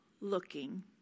looking